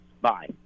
Bye